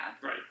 Right